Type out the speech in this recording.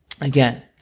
Again